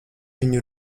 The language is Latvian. viņu